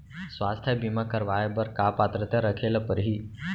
स्वास्थ्य बीमा करवाय बर का पात्रता रखे ल परही?